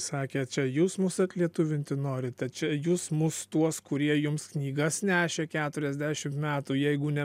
sakė čia jūs mus atlietuvinti norite čia jūs mus tuos kurie jums knygas nešė keturiasdešim metų jeigu ne